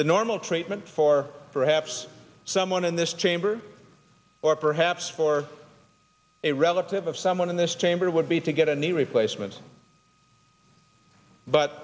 the normal treatment for perhaps someone in this chamber or perhaps for a relative of someone in this chamber would be to get a knee replacement but